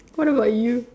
what about you